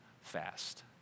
fast